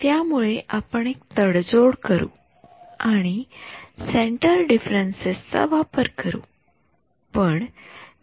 त्यामुळे आपण एक तडजोड करू आणि सेन्टर डिफरन्सेस चा वापर करु